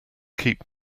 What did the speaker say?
keep